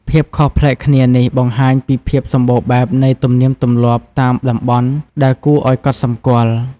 ភាពខុសប្លែកគ្នានេះបង្ហាញពីភាពសម្បូរបែបនៃទំនៀមទម្លាប់តាមតំបន់ដែលគួរឲ្យកត់សម្គាល់។